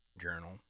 journal